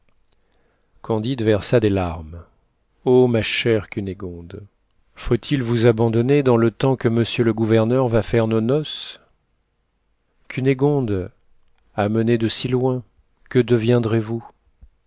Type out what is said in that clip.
candide versa des larmes o ma chère cunégonde faut-il vous abandonner dans le temps que monsieur le gouverneur va faire nos noces cunégonde amenée de si loin que deviendrez-vous